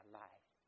life